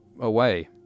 away